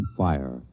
fire